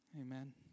Amen